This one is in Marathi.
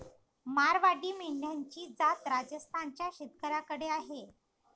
मारवाडी मेंढ्यांची जात राजस्थान च्या शेतकऱ्याकडे आहे